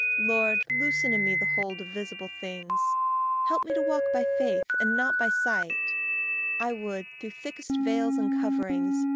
lord, loosen in me the hold of visible things help me to walk by faith and not by sight i would, through thickest veils and coverings,